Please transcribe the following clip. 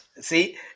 see